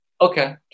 okay